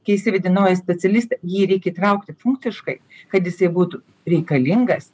kai įsivedi naują specialistą jį reik įtraukti funkciškai kad jisai būtų reikalingas